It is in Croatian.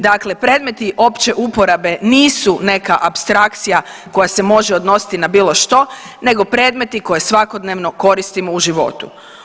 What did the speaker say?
Dakle, predmeti opće uporabe nisu neka apstrakcija koja se može odnositi na bilo što nego predmeti koje svakodnevno koristimo u životu.